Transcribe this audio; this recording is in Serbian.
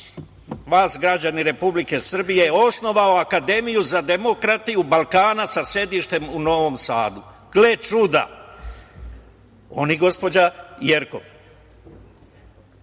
vas, građani Republike Srbije, osnovao je Akademiju za demokratiju Balkana, sa sedištem u Novom Sadu. Gle čuda, on i gospođa Jerkov.